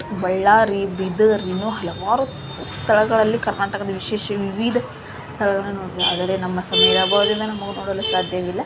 ಬಳ್ಳಾರಿ ಬೀದರ್ ಇನ್ನು ಹಲವಾರು ಸ್ಥಳಗಳಲ್ಲಿ ಕರ್ನಾಟಕದ ವಿಶೇಷ ವಿವಿಧ ಸ್ಥಳಗಳನ್ನು ನೋಡಬಹ್ದು ಆದರೆ ನಮ್ಮ ಸಮಯದ ಅಭಾವದಿಂದ ನಮಗೆ ನೋಡಲು ಸಾಧ್ಯವಿಲ್ಲ